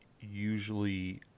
usually